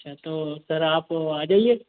अच्छा तो सर आप आ जाइए